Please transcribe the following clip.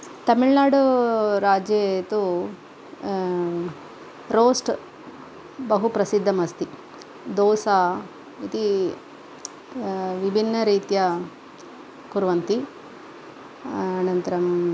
तमिळ्नाडुराज्ये तु रोस्ट् बहुप्रसिद्धम् अस्ति दोसा इति विभिन्नरीत्या कुर्वन्ति अनन्तरम्